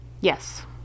Yes